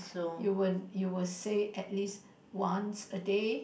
you'll you'll say at least once a day